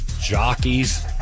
jockeys